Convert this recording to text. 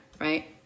right